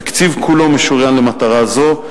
התקציב כולו משוריין למטרה זו.